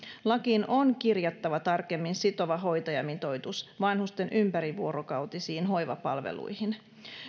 lakiin on kirjattava tarkemmin sitova hoitajamitoitus vanhusten ympärivuorokautisiin hoivapalveluihin